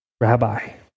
Rabbi